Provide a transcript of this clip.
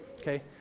okay